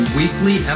weekly